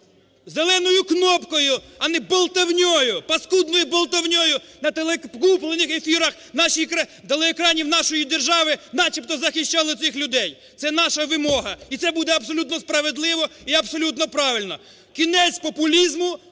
зеленою кнопкою, а не болтавнею, паскудною болтавнею на куплених ефірах телеекранів нашої держави начебто захищали цих людей. Це наша вимога. І це буде абсолютно справедливо і абсолютно правильно. Кінець популізму,